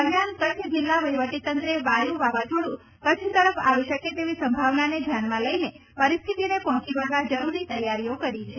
દરમિયાન કચ્છ જિલ્લા વહિવટીતંત્રે વાયુ વાવાઝોડું કચ્છ તરફ આવી શકે તેવી સંભાવનાને ધ્યાનમાં લઈને પરિસ્થિતિને પહોંચી વળવા જરૂરી તૈયારીઓ કરી છે